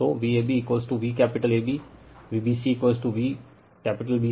तो capital capital capital CA